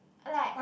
like